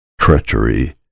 treachery